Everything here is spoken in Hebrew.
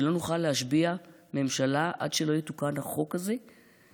שלא נוכל להשביע ממשלה עד שלא יתוקן החוק הזה,